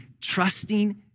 Trusting